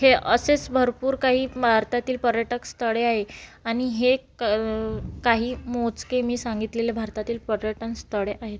हे असेच भरपूर काही भारतातील पर्यटक स्थळे आहे आणि हे क काही मोजके मी सांगितलेले भारताची पर्यटन स्थळे आहेत